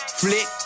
flick